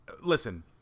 listen